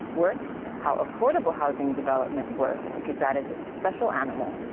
works, how affordable housing development works, because that is a special animal,